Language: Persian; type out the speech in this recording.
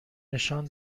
نشان